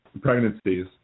pregnancies